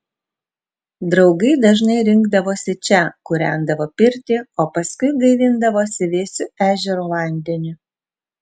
draugai dažnai rinkdavosi čia kūrendavo pirtį o paskui gaivindavosi vėsiu ežero vandeniu